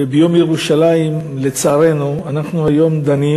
ביום ירושלים, ביום חגיגי זה, לצערנו אנחנו דנים